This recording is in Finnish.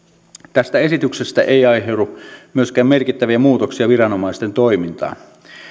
tästä esityksestä ei aiheudu myöskään merkittäviä muutoksia viranomaisten toimintaan